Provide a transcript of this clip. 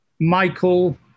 Michael